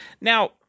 now